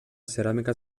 ceràmica